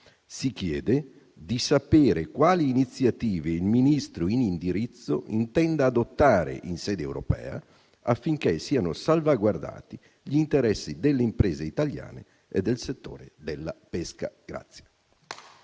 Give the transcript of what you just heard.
Si chiede di sapere quali iniziative il Ministro in indirizzo intenda adottare in sede europea affinché siano salvaguardati gli interessi delle imprese italiane e del settore della pesca.